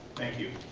thank you.